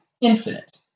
infinite